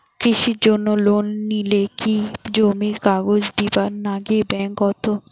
কৃষির জন্যে লোন নিলে কি জমির কাগজ দিবার নাগে ব্যাংক ওত?